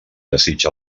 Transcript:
desig